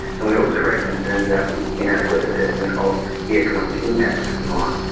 and we also raised concerns about the inadequate assessment of the economic impacts of the mine.